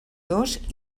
dos